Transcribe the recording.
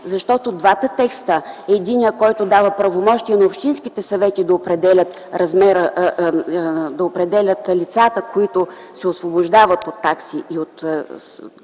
Защото двата текста – единият, който дава правомощие на общинските съвети да определят лицата, които се освобождават от такси и от